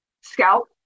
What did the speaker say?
scalp